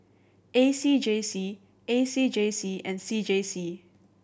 A C J C A C J C and C J C